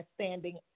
standing